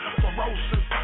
ferocious